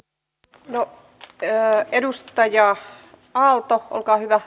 no perää edus ta ja nauta olkaa hyvä